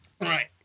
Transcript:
Right